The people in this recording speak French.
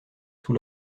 sous